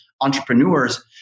entrepreneurs